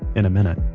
in a minute